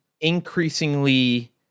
increasingly